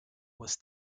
was